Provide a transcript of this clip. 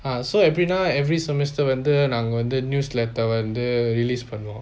ah so every now every semester வந்து நாங்க வந்து:vanthu naanga vanthu newsletter வந்து:vanthu release பன்னுவொம்:pannuvom